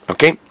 Okay